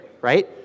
right